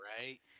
right